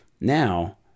now